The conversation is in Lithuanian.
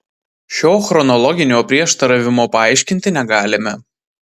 šio chronologinio prieštaravimo paaiškinti negalime